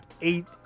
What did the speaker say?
eight